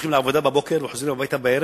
שהולכים לעבודה בבוקר וחוזרים הביתה בערב